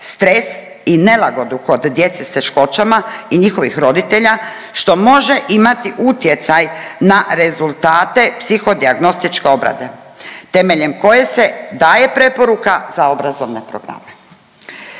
stres i nelagodu kod djece sa teškoćama i njihovih roditelja što može imati utjecaj na rezultate psihodijagnostičke obrade temeljem koje se daje preporuka za obrazovne programe.